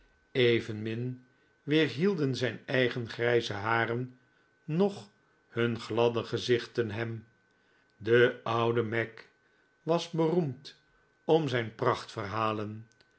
evenmin weerhielden zijn eigen grijze haren noch hun gladde gezichten hem de ouwe mac was beroemd om zijn